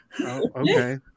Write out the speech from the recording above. Okay